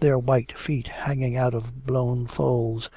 their white feet hanging out of blown folds,